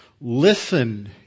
Listen